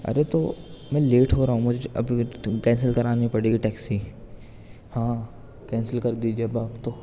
ارے تو میں لیٹ ہو رہا ہوں مجھے کینسل کرانی پڑے گی ٹیکسی ہاں کینسل کر دیجیے اب آپ تو